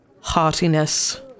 heartiness